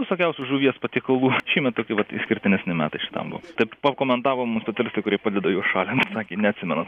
visokiausių žuvies patiekalų šiemet tokie vat išskirtinesni metai šitam buvo taip pakomentavo mūsų specialistai kurie padeda juos šalint sakė neatsimena